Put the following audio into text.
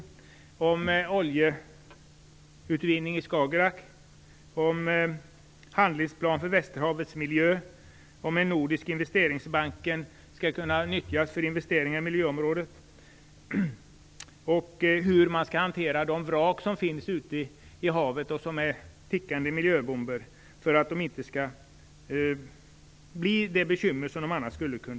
Det gäller oljeutvinning i Skagerrak, en handlingsplan för Västerhavets miljö, att Nordiska investeringsbanken skall kunna nyttjas för investeringar på miljöområdet och hur man skall hantera de vrak som finns ute i havet och som är tickande miljöbomber, för att undvika de bekymmer som annars skulle uppstå.